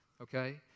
okay